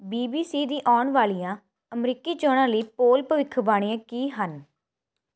BBC ਦੀ ਆਉਣ ਵਾਲੀਆਂ ਅਮਰੀਕੀ ਚੋਣਾਂ ਲਈ ਪੋਲ ਭਵਿੱਖਬਾਣੀਆਂ ਕੀ ਹਨ